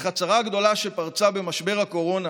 אך הצרה הגדולה שפרצה במשבר הקורונה